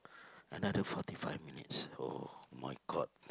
another forty five minutes oh-my-god